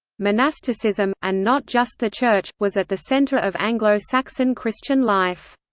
monasticism, and not just the church, was at the centre of anglo saxon christian life.